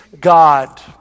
God